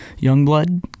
Youngblood